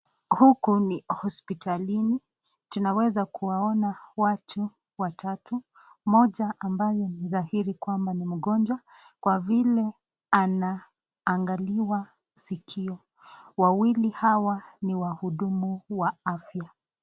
Huku ni hospitalini ,tunaweza kuwaona watu watatu ,mmoja ambaye ni rahili kwamba ni mgonjwa, kwa vile anaangaliwa sikio. Wawili hawa ni wahudumu wa afya.